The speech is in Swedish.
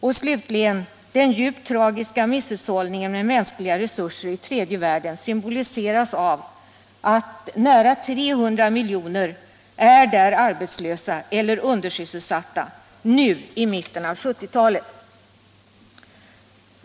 Och slutligen: den djupt tragiska misshushållningen med mänskliga resurser i tredje världen symboliseras av att nära 300 miljoner där är arbetslösa eller undersysselsatta nu i mitten av 1970-talet.